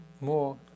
more